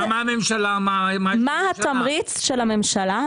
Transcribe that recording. מה התמריץ של הממשלה,